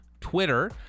twitter